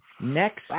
next –